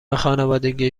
خانوادگی